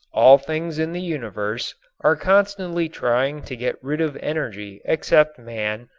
all things in the universe are constantly trying to get rid of energy except man,